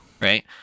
right